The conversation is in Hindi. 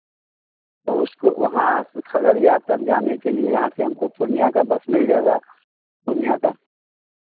तो उसको वहाँ से खगड़िया तक जाने के लिए यहाँ से हमको पूर्णियाँ का बस मिल जाएगा पूर्णियाँ का